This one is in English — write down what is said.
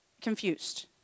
confused